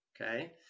Okay